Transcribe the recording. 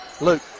Luke